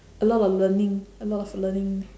a lot of learning a lot of learning